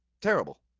Terrible